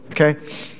okay